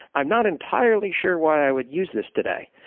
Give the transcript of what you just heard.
i'm not entirely sure why i would use this today.